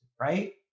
right